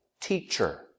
teacher